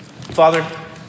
Father